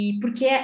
porque